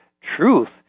truth